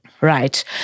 Right